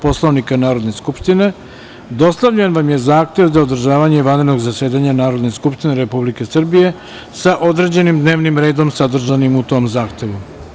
Poslovnika Narodne skupštine, dostavljen vam je zahtev za održavanje vanrednog zasedanja Narodne skupštine Republike Srbije, sa određenim dnevnim redom sadržanim u tom zahtevu.